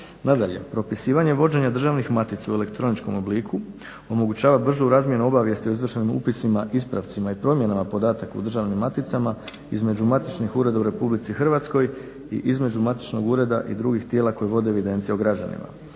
Nadalje, propisivanje i vođenje državnih matica u elektroničkom obliku omogućava bržu razmjenu obavijesti o izvršenim upisima, ispravcima i promjenama podataka u državnim maticama između matičnih ureda u RH i između matičnog ureda i drugih tijela koje vode evidencije o građanima.